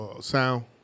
Sound